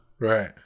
right